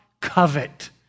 covet